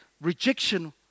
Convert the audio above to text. rejection